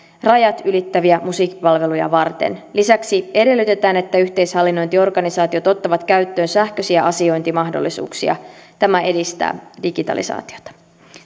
rajat ylittäviä musiikkipalveluja varten lisäksi edellytetään että yhteishallinnointiorganisaatiot ottavat käyttöön sähköisiä asiointimahdollisuuksia tämä edistää digitalisaatiota